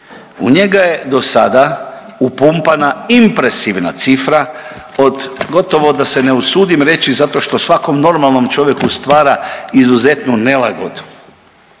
U njega je do sada upumpana impresivna cifra od gotovo da se ne usudim reći zato što svakom normalnom čovjeku stvara izuzetnu nelagodu